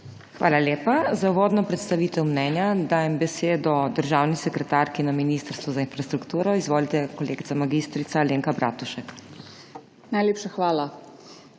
Hvala lepa. Za uvodno predstavitev mnenja dajem besedo državni sekretarki na Ministrstvu za infrastrukturo. Izvolite, kolegica mag. Alenka Bratušek. **MAG.